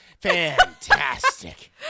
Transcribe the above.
fantastic